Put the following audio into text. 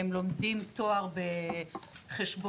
לומדים תואר בחשבונאות,